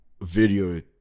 video